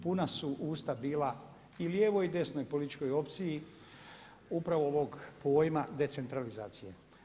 Puna su usta bila i lijevoj i desnoj političkoj opciji upravo ovog pojma decentralizacije.